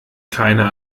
keine